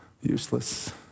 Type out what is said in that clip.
Useless